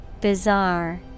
bizarre